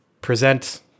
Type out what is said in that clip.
present